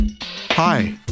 Hi